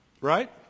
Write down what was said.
Right